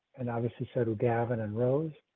and obviously said, we'll gavin and rose.